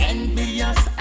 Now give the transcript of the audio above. Envious